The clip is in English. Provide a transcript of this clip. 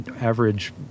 average